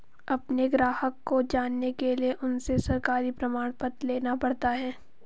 अपने ग्राहक को जानने के लिए उनसे सरकारी प्रमाण पत्र लेना पड़ता है